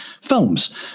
films